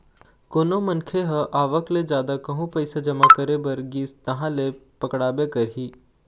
कोनो मनखे ह आवक ले जादा कहूँ पइसा जमा करे बर गिस तहाँ ले पकड़ाबे करही